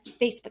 Facebook